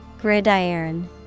Gridiron